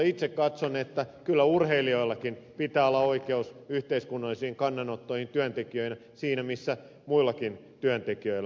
itse katson että kyllä urheilijoillakin pitää olla oikeus yhteiskunnallisiin kannanottoihin työntekijöinä siinä missä muillakin työntekijöillä